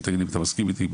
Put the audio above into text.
ותגיד לי אם אתה מסכים איתי.